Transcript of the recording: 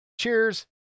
cheers